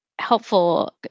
helpful